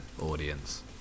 audience